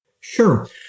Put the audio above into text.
Sure